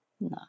No